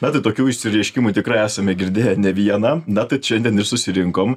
na tai tokių išsireiškimų tikrai esame girdėję ne vieną na tad šiandien ir susirinkom